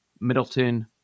Middleton